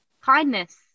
kindness